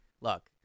look